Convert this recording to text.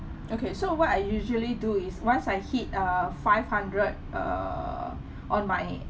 okay so what I usually do is once I hit uh five hundred err on my